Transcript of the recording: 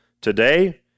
Today